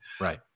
Right